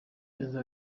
perezida